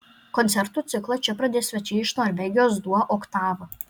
koncertų ciklą čia pradės svečiai iš norvegijos duo oktava